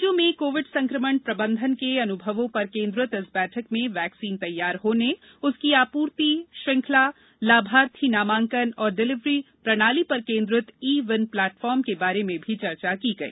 राज्यों में कोविड संक्रमण प्रबंधन के अनुभवों पर केंद्रित इस बैठक में वैक्सीन तैयार होने उसकी आपूर्ति श्रृंखला लाभार्थी नामांकन और डिलिवरी प्रणाली पर केंद्रित इ विन प्लेटफार्म के बारे में भी चर्चा की गई